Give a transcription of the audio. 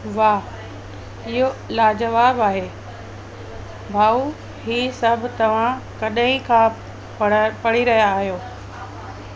वाह इहो लाजवाब आहे भाउ हीउ सभु तव्हां कॾहिं खां पढ़ा पढ़ी रहिया आहियो